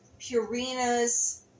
Purina's